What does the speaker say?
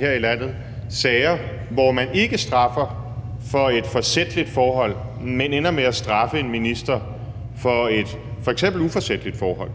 her i landet, sager, hvor man ikke straffer for et forsætligt forhold, men ender med at straffe en minister for et f.eks. uforsætligt forhold?